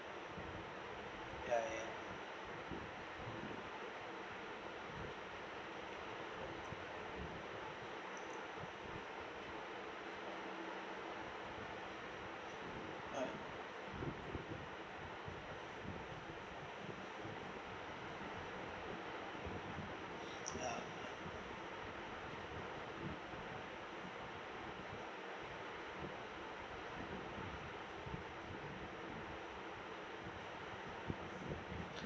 ya ya ya